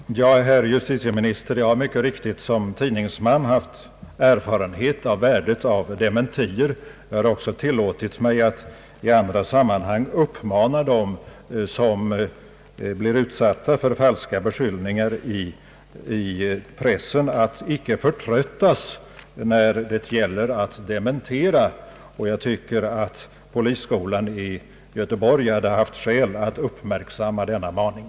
Herr talman! Till justitieministern vill jag bara säga, att jag som tidningsman mycket riktigt har fått erfarenhet av värdet av dementier. Jag har också i andra sammanhang tillåtit mig att uppmana dem, som blir utsatta för falska beskyllningar i pressen, att icke förtröttas när det gäller att dementera. Jag tycker att polisskolan i Göteborg hade haft skäl att uppmärksamma denna varning.